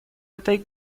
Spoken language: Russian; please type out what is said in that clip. этой